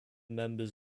members